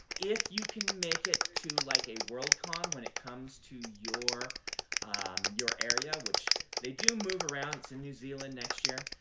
if you can make it to like a worldcon when it comes to your your area, which they do move around, it's in new zealand next year,